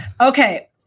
Okay